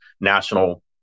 national